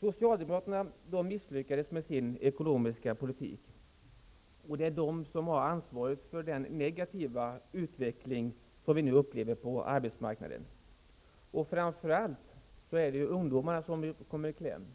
Socialdemokraterna misslyckades med sin ekonomiska politik, och det är de som har ansvaret för den negativa utveckling som vi nu upplever på arbetsmarknaden. Framför allt är det ungdomar som kommer i kläm.